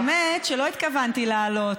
האמת היא שלא התכוונתי לעלות,